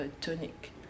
tonic